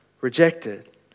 rejected